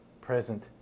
present